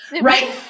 right